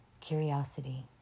curiosity